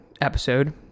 episode